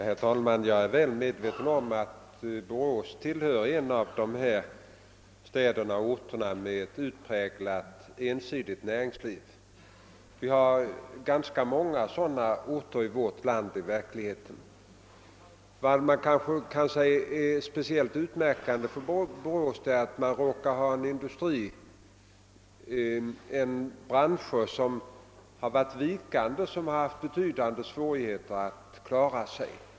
Herr talman! Jag är väl medveten om att Borås tillhör de orter som har ett utpräglat ensidigt näringsliv. Det finns i verkligheten ganska många sådana orter i vårt land. Vad som kanske kan sägas vara speciellt utmärkande för Borås är, att man där råkar ha haft företag inom branscher med vikande konjunkturer. Dessa företag har därför haft betydande svårigheter att klara sig.